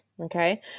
okay